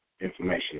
Information